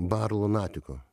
bar lunatico